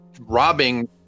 robbing